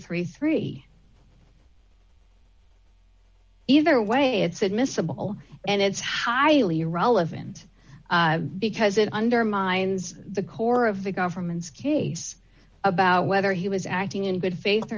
thirty three either way it's admissible and it's highly relevant because it undermines the core of the government's case about whether he was acting in good faith